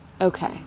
Okay